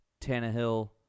Tannehill